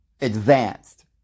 advanced